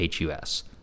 HUS